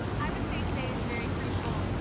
i would say today's very crucial.